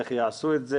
איך יעשו את זה?